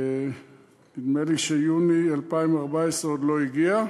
נדמה לי שיוני 2014 עוד לא הגיע,